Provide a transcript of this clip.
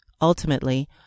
Ultimately